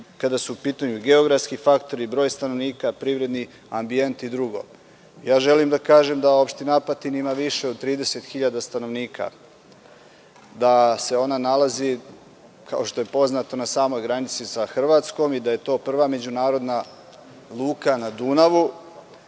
kada su u pitanju geografski faktori, broj stanovnika, privredni ambijent i drugo. Želim da kažem da opština Apatin ima više od 30.000 stanovnika, da se ona nalazi, kao što je poznato, na samoj granici sa Hrvatskom i da je to prva međunarodna luka na Dunavu